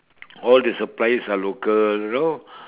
all the suppliers are local you know